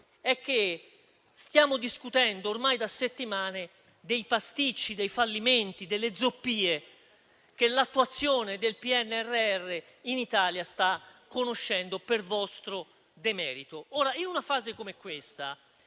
è che stiamo discutendo ormai da settimane dei pasticci, dei fallimenti, delle zoppie, che l'attuazione del PNRR in Italia sta conoscendo per vostro demerito. Ora, in una fase come questa,